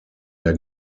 der